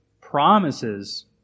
promises